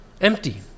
empty